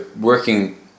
working